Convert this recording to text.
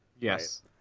yes